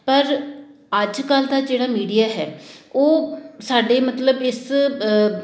ਪਰ ਅੱਜ ਕੱਲ੍ਹ ਤਾਂ ਜਿਹੜਾ ਮੀਡੀਆ ਹੈ ਉਹ ਸਾਡੇ ਮਤਲਬ ਇਸ